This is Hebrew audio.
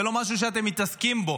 זה לא משהו שאתם מתעסקים בו.